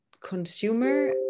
consumer